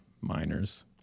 miners